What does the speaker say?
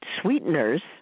sweeteners